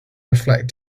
reflect